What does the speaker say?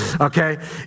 okay